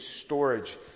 storage